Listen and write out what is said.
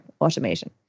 automation